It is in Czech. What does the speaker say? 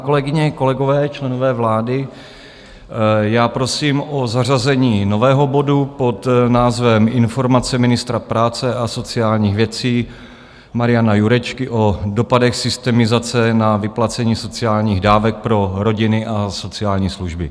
Kolegyně, kolegové, členové vlády, prosím o zařazení nového bodu pod názvem Informace ministra práce a sociálních věcí Mariana Jurečky o dopadech systemizace na vyplacení sociálních dávek pro rodiny a sociální služby.